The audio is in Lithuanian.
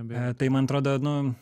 bet tai man atrodo nu